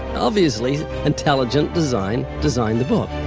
obviously, intelligent design designed the book.